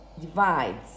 divides